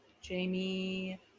jamie